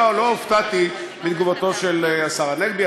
לא הופתעתי מתגובתו של השר הנגבי,